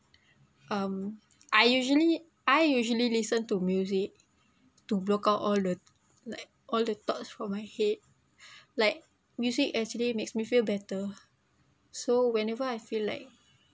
um I usually I usually listen to music to block out all the like all the thoughts from my head like music actually makes me feel better so whenever I feel like